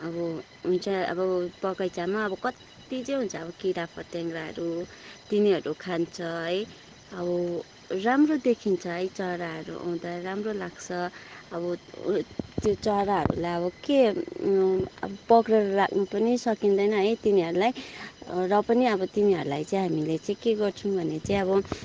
अब हुनु चाहिँ अब बगैँचामा अब कति चाहिँ हुन्छ अब किराफट्याङ्ग्राहरू तिनीहरू खान्छ है अब राम्रो देखिन्छ है चराहरू आउँदा राम्रो लाग्छ अब ऊ यो त्यो चराहरूलाई अब के पक्रिएर राख्नु पनि सकिँदैन है तिनीहरूलाई र पनि अब तिनीहरूलाई चाहिँ हामीले चाहिँ के गर्छौँ भने चाहिँ अब